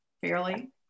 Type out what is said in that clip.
fairly